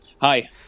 Hi